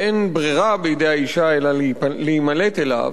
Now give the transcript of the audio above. אין ברירה בידי האשה אלא להימלט אליו,